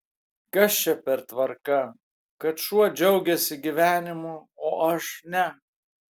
kas čia per tvarka kad šuo džiaugiasi gyvenimu o aš ne